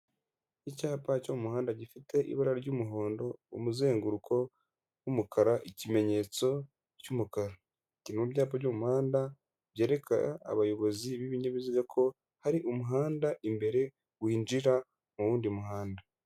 Icyapa cyo mu muhanda gifite ibara ry'umuhondo, umuzenguruko w'umukara, ikimenyetso cy'umukara, kiri mu byapa byo mu muhanda byerekana abayobozi b'ibinyabiziga ko hari umuhanda imbere winjira mu wundi muhanda.